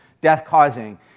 death-causing